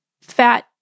fat